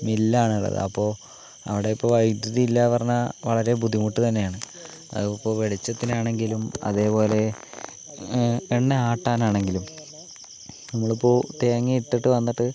മില്ലാണുള്ളത് അപ്പോൾ അവിടെയിപ്പോൾ വൈദ്യുതി ഇല്ലയെന്ന് പറഞ്ഞാൽ വളരെ ബുദ്ധിമുട്ട് തന്നെയാണ് അതിപ്പോൾ വെളിച്ചത്തിനാണെങ്കിലും അതുപോലെ എണ്ണ ആട്ടാനാണെങ്കിലും നമ്മളിപ്പോൾ തേങ്ങ ഇട്ടിട്ട് വന്നിട്ട്